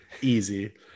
Easy